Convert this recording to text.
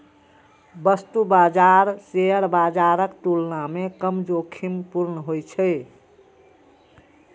वस्तु बाजार शेयर बाजारक तुलना मे कम जोखिमपूर्ण होइ छै